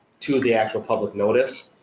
to the actual public notice,